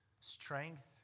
strength